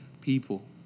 people